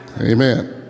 Amen